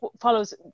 follows